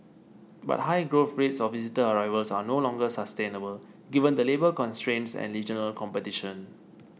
but high growth rates of visitor arrivals are no longer sustainable given the labour constraints and regional competition